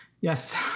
yes